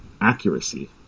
accuracy